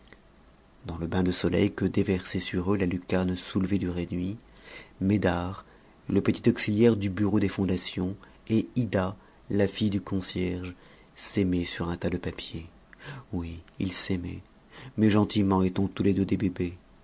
dans le bain de soleil que déversait sur eux la lucarne soulevée du réduit médare le petit auxiliaire du bureau des fondations et ida la fille du concierge s'aimaient sur un tas de papiers oui ils s'aimaient mais gentiment étant tous les deux des bébés